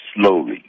slowly